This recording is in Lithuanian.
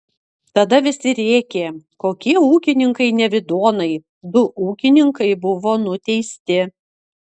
tada visi rėkė kokie ūkininkai nevidonai du ūkininkai buvo nuteisti